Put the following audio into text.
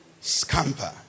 scamper